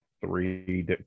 three